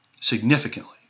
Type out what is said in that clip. significantly